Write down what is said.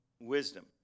wisdom